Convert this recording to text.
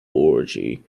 orgy